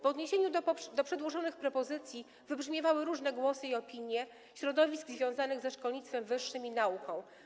W odniesieniu do przedłożonych propozycji wybrzmiewały różne głosy i opinie środowisk związanych ze szkolnictwem wyższym i nauką.